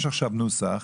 יש נוסח,